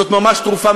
זו ממש תרופה.